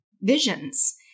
visions